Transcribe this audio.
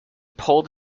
pulled